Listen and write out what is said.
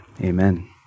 Amen